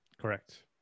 Correct